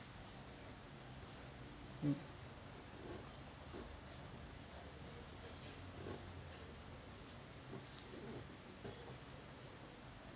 mm